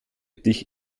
dich